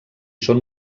són